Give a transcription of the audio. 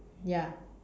ya